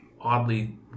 oddly